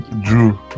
Drew